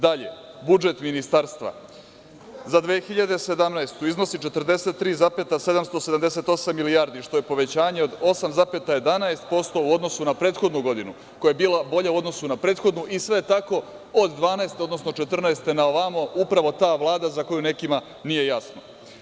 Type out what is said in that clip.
Dalje, budžet ministarstva za 2017. godinu iznosi 43,778 milijardi, što je povećanje od 8,11% u odnosu na prethodnu godinu, koja je bila bolja u odnosu na prethodnu i sve tako od 2012. godine, odnosno 2014. godine na ovamo, upravo ta Vlada za koju nekima nije jasno.